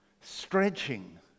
stretching